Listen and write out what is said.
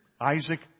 Isaac